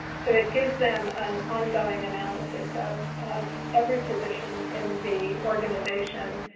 so, it gives them an ongoing analysis of of every position in the organization,